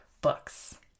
books